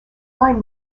line